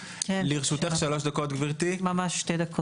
דיון מרתק, חשוב.